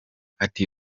ati